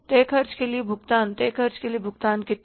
तय खर्च के लिए भुगतान तय खर्च के लिए भुगतान कितना